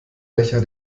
becher